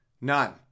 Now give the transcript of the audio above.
None